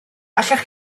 allech